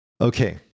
Okay